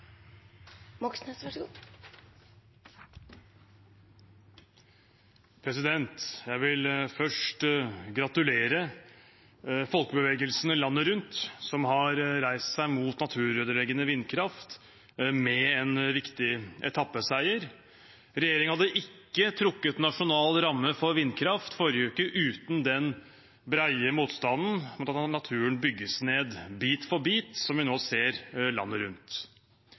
Jeg vil først gratulere folkebevegelsene landet rundt som har reist seg mot naturødeleggende vindkraft, med en viktig etappeseier. Regjeringen hadde ikke trukket nasjonal ramme for vindkraft i forrige uke uten den brede motstanden mot at naturen bygges ned bit for bit, som vi nå ser landet rundt.